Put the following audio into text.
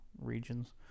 regions